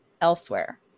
elsewhere